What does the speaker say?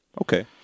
Okay